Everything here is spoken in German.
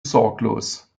sorglos